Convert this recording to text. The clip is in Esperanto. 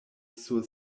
sur